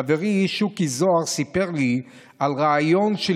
חברי שוקי זוהר סיפר לי על רעיון של